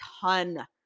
ton